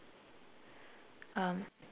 um